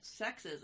sexism